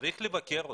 צריך לבקר אותם.